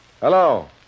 Hello